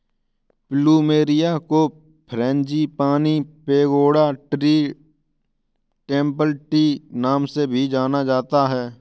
plumeria को frangipani, pagoda tree, temple tree नाम से भी जाना जाता है